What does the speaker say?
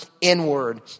inward